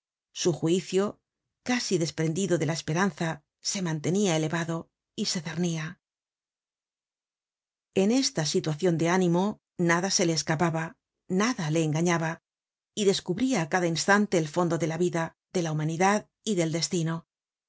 su juicio casi desprendido de la esperanza se mantenia elevado y se cernia en esta situacion de mimo nada se le escapaba irada le engañaba y descubria á cada instante el fondo de la vida de la humanidad v del destino